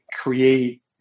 create